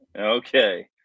Okay